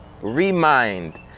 Remind